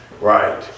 right